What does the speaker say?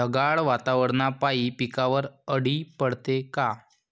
ढगाळ वातावरनापाई पिकावर अळी पडते का?